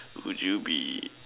would you be